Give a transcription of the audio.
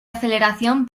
aceleración